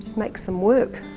makes them work.